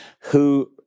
who